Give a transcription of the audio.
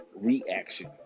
reaction